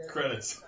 Credits